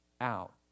out